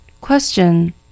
Question